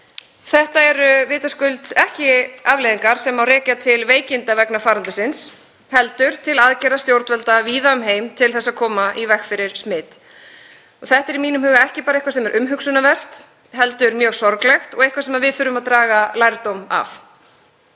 Þetta eru vitaskuld ekki afleiðingar sem rekja má til veikinda vegna faraldursins heldur til aðgerða stjórnvalda víða um heim til þess að koma í veg fyrir smit. Þetta er í mínum huga ekki bara eitthvað sem er umhugsunarvert heldur mjög sorglegt og nokkuð sem við þurfum að draga lærdóm af.